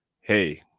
hey